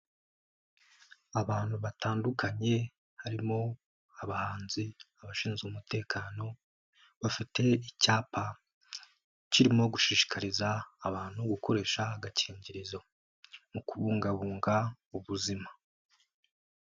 Abantu batandukanye, harimo abahanzi, abashinzwe umutekano, bafite icyapa, kirimo gushishikariza abantu gukoresha agakingirizo, mu kubungabunga ubuzima.